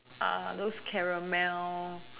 uh those caramel